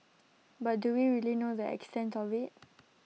but do we really know the extent of IT